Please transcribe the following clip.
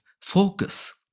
focus